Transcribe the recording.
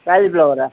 cauliflower